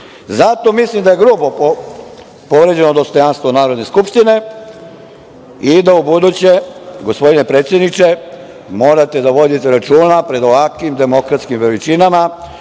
Zato mislim da je grubo povređeno dostojanstvo Narodne skupštine i da ubuduće, gospodine predsedniče, morate da vodite računa pred ovakvim demokratskim veličinama